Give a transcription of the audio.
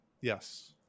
Yes